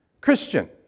Christian